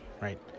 right